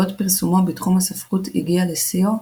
בעוד פרסומו בתחום הספרות הגיע לשיאו,